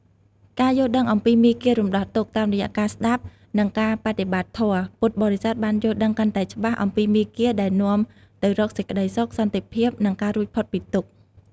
ការយល់ដឹងអំពីមាគ៌ារំដោះទុក្ខ តាមរយៈការស្ដាប់ និងការបដិបត្តិធម៌ ពុទ្ធបរិស័ទបានយល់ដឹងកាន់តែច្បាស់អំពីមាគ៌ាដែលនាំទៅរកសេចក្តីសុខ សន្តិភាព និងការរួចផុតពីទុក្ខ។